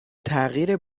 تغییر